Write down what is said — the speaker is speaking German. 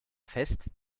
fest